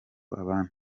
abandi